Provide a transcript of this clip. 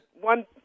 one